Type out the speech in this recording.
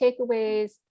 takeaways